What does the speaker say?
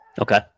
Okay